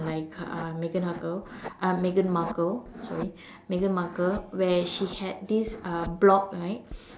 meg~ uh Megan Harkle uh Megan Markle sorry Megan Markle where she has this blog right